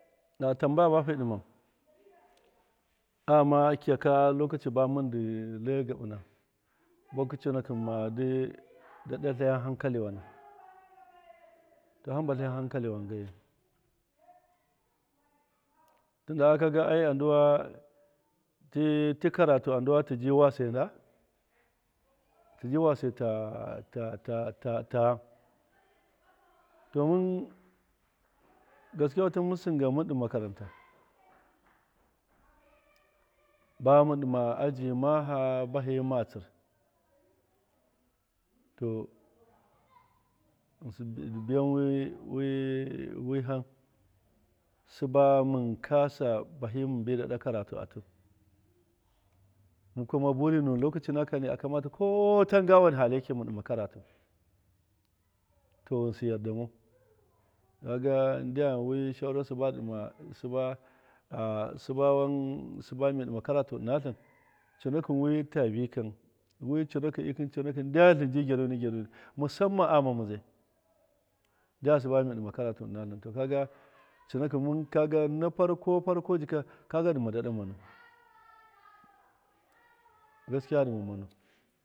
Na tambaya bafi ɗiman aghama kiyaka lokaci ba mɨndɨ le gaɓɨna lokaci buwakɨ conakɨn madɨ daɗa tlayakɨ hankaliwana hamba tlayan hankaliwan gaiyi tinda kaga ai a nduwa ti ti karatu andu tiji wase nda tiji wase ta ta ta gham domin gaskewatɨ mɨn singan mɨn ɗɨn makaranta ba mɨn ɗɨma aji maha bahi matsir to sɨbɨ dɨ biyan wi wi wiham sɨba mɨn kasa bahɨ mɨn bi daɗa wi karatuwai mɨn kuma buri nuwin ɗe lokaci nakakani akamata ko- tanga wena haliyeki mɨn ɗɨma karatu to ghɨnsɨ yarda mau. kaga wi ndyam saura siba ɗima siba a siba siba wan mi ɗima karatu ɨna tlɨn conakɨn wi ta vikam wi conakɨn conakɨn ikɨn ndyam tlɨn ji gyaruni gyaruni mɨsamman aghama mɨdzai. ndyam siba mi ɗɨma karatu ɨna tlɨn to kaga conakɨn mɨn kaga na farko farko jika kaga dɨma daɗan mɨnu gaskiya dɨma mɨnu.